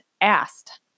asked